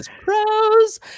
pros